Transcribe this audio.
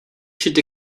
should